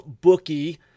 bookie